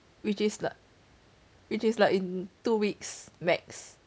which is which is like in two weeks max